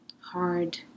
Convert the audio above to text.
hard